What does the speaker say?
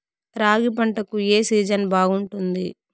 రాగి పంటకు, ఏ సీజన్ బాగుంటుంది?